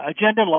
agenda